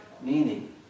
meaning